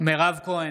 מירב כהן,